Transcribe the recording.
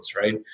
Right